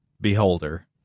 beholder